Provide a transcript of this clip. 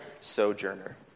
sojourner